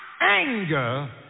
anger